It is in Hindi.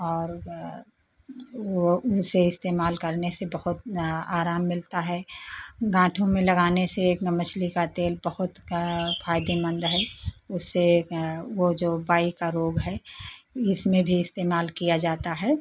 और वो उसे इस्तेमाल करने से बहुत आराम मिलता है गाँठों में लगाने से एक ना मछली का तेल बहुत फ़ायदेमंद है उससे वो जो वायु का रोग है इसमें भी इस्तेमाल किया जाता है